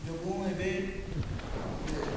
ଯୋଗୁଁ ଏବେ ଯେ